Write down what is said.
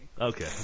Okay